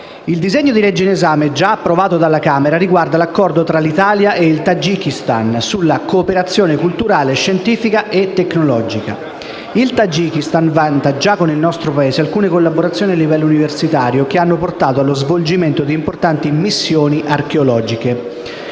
il disegno di legge in esame, già approvato dalla Camera, riguarda l'Accordo tra l'Italia e il Tagikistan sulla cooperazione culturale, scientifica e tecnologica. Il Tagikistan vanta già con il nostro Paese alcune collaborazioni a livello universitario, che hanno portato allo svolgimento di importanti missioni archeologiche.